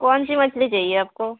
کون سی مچھلی چاہیے آپ کو